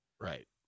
Right